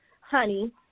honey